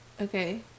Okay